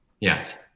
Yes